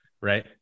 Right